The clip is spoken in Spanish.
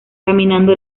caminando